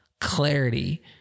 clarity